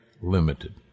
limited